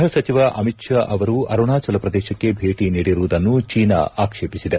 ಗೃಪ ಸಚಿವ ಅಮಿತ್ ಷಾ ಅವರು ಅರುಣಾಜಲ ಪ್ರದೇಶಕ್ಕೆ ಭೇಟಿ ನೀಡಿರುವುದನ್ನು ಚೀನಾ ಆಕ್ಷೇಪಿಸಿದೆ